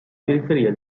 periferia